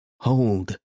Hold